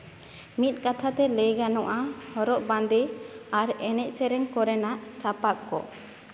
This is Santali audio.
ᱢᱤᱫ ᱠᱟᱛᱷᱟᱛᱮ ᱞᱟᱹᱭ ᱜᱟᱱᱚᱜᱼᱟ ᱦᱚᱨᱚᱜ ᱵᱟᱸᱫᱮ ᱟᱨ ᱮᱱᱮᱡ ᱥᱮᱨᱮᱧ ᱠᱚᱨᱮᱱᱟᱜ ᱥᱟᱯᱟᱯ ᱠᱚ